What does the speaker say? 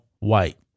White